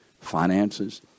finances